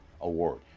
Award